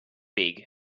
big